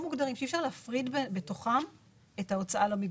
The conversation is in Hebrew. אפשר להפריד בתוכם את ההוצאה למגזרים,